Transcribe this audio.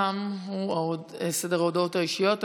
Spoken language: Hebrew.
תמו ההודעות האישיות.